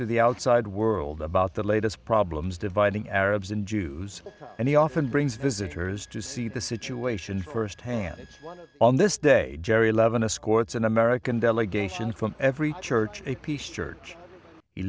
to the outside world about the latest problems dividing arabs and jews and he often brings visitors to see the situation firsthand on this day jerry levin escorts an american delegation from every church a peace church